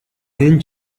хэн